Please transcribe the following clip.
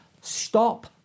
stop